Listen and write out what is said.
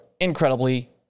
incredibly